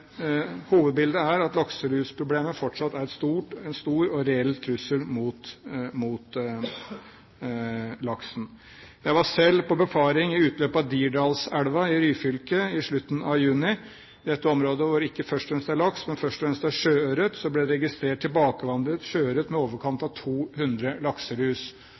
hovedbildet er at lakselusproblemet fortsatt er en stor og reell trussel mot laksen. Jeg var selv på befaring i utløpet av Dirdalselva i Ryfylke i slutten av juni. Det er et område hvor det ikke først og fremst er laks, men hvor det først og fremst er sjøørret, og det ble registrert tilbakevandret sjøørret med i overkant av 200